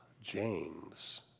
James